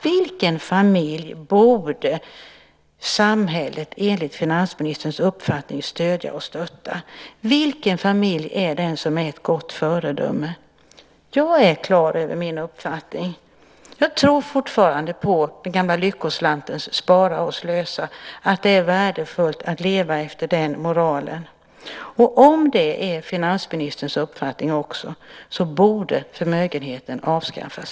Vilken familj borde samhället enligt finansministerns uppfattning stödja och stötta? Vilken familj är den som är ett gott föredöme? Jag är klar över min uppfattning. Jag tror fortfarande att det är värdefullt att leva efter moralen i den gamla Lyckoslantens Spara och Slösa. Om det är också finansministerns uppfattning borde förmögenhetsskatten avskaffas.